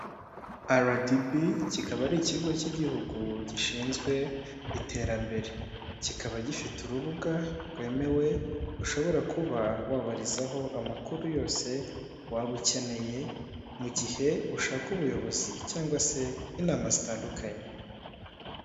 RDB, kikaba ari ikigo cy'igihugu gishinzwe iterambere. Kikaba gifite urubuga rwemewe ushobora kuba wabarizaho amakuru yose waba ukeneye mu gihe ushaka ubuyobozi cyangwa se inama zitandukanye.